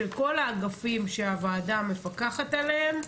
שכל האגפים שהוועדה מפקחת עליהם,